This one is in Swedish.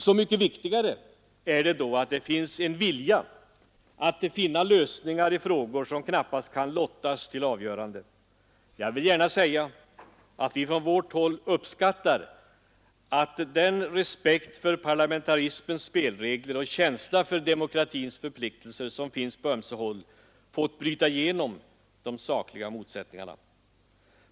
Så mycket viktigare är det då att det finns en vilja att nå lösningar i frågor som knappast kan lottas till avgörande. Jag vill gärna säga att vi från vårt håll uppskattar att den respekt för parlamentarismens spelregler och känsla för demokratins förpliktelser som finns på ömse håll fått bryta igenom de sakliga motsättningarna.